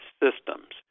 systems